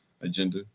agenda